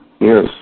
Yes